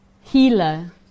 healer